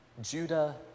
Judah